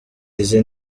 izi